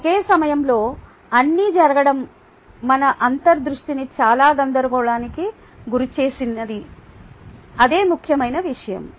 ఒకే సమయంలో అన్నీ జరగడం మన అంతర్ దృష్టిని చాలా గందరగోళానికి గురిచేసేది అదే ముఖ్యమైన విషయం